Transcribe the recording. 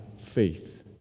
faith